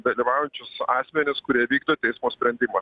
dalyvaujančius asmenis kurie vykdo teismo sprendimą